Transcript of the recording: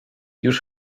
już